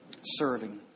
Serving